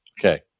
Okay